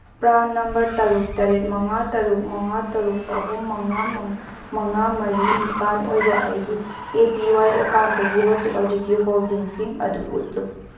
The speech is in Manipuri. ꯄ꯭ꯔꯥꯟ ꯅꯝꯕꯔ ꯇꯔꯨꯛ ꯇꯔꯦꯠ ꯃꯉꯥ ꯇꯔꯨꯛ ꯃꯉꯥ ꯇꯔꯨꯛ ꯑꯍꯨꯝ ꯃꯉꯥ ꯃꯉꯥ ꯃꯉꯥ ꯃꯔꯤ ꯅꯤꯄꯥꯜ ꯑꯣꯏꯕ ꯑꯩꯒꯤ ꯑꯦ ꯄꯤ ꯋꯥꯏ ꯑꯦꯀꯥꯎꯟꯗꯒꯤ ꯍꯧꯖꯤꯛ ꯍꯧꯖꯤꯛꯀꯤ ꯍꯣꯜꯗꯤꯡꯁꯤꯡ ꯑꯗꯨ ꯎꯠꯂꯨ